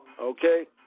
okay